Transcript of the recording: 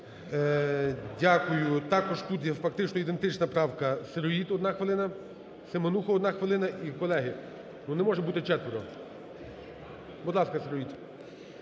Дякую. Також тут є фактично ідентична правка. Сироїд, одна хвилина. Семенуха, одна хвилина. І, колеги, ну не може бути четверо. Будь ласка, Сироїд.